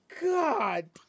God